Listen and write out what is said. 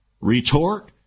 retort